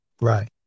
right